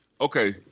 okay